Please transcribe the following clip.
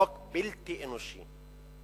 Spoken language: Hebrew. חוק בלתי אנושי.